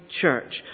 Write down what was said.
Church